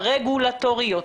הרגולטוריות,